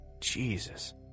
Jesus